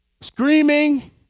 screaming